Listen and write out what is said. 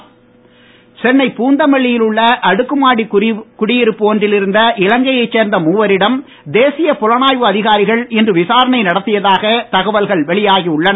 இலங்கை விசாரணை சென்னை பூந்தமல்லியிலுள்ள அடுக்குமாடி குடியிருப்பு ஒன்றில் இருந்த இலங்கையை சேர்ந்த மூவரிடம் தேசிய புலனாய்வு அதிகாரிகள் இன்று விசாரணை நடத்தியதாக தகவல்கள் வெளியாகியுள்ளன